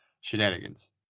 shenanigans